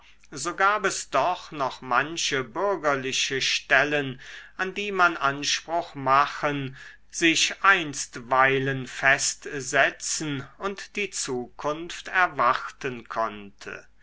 so gab es doch noch manche bürgerliche stellen an die man anspruch machen sich einstweilen festsetzen und die zukunft erwarten konnte